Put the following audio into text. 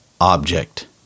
object